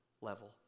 level